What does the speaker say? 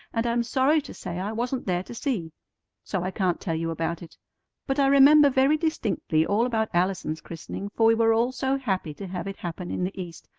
and i'm sorry to say i wasn't there to see so i can't tell you about it but i remember very distinctly all about allison's christening, for we were all so happy to have it happen in the east,